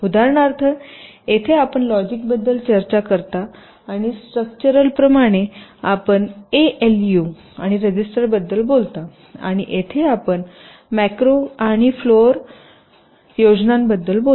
उदाहरणार्थ येथे आपण लॉजिकबद्दल चर्चा करता आणि स्ट्रक्चरल प्रमाणे आपण एएलयू आणि रजिस्टरबद्दल बोलता आणि येथे आपण मॅक्रो आणि फ्लोर योजनांबद्दल बोलता